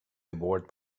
devoured